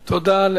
תודה.